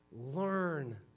learn